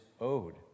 owed